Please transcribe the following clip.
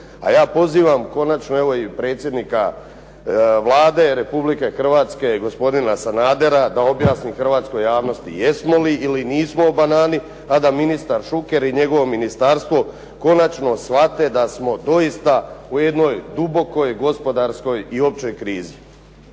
A ja pozivam, konačno evo i predsjednika Vlade Republike Hrvatske, gospodina Sanadera, da objasni hrvatskoj javnosti jesmo li ili nismo "u banani", a da ministar Šuker i njegovo ministarstvo konačno shvate da smo doista u jednoj dubokoj, gospodarskoj i općoj krizi.